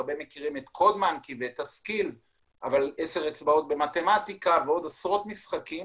הרבה מכירים את קוד מנקי ועשר אצבעות במתמטיקה ועוד עשרות משחקים